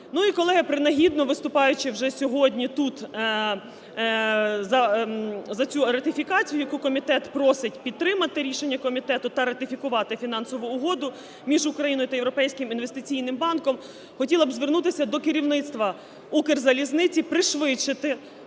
Ну і, колеги, принагідно виступаючи вже сьогодні тут за цю ратифікацію, яку комітет просить підтримати (рішення комітету) та ратифікувати фінансову Угоду між Україною та Європейським інвестиційним банком, хотіла б звернутися до керівництва "Укрзалізниці" пришвидшити